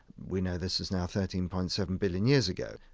we know this is now thirteen point seven billion years ago.